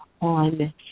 on